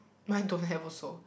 mine don't have also